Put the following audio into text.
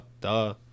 Duh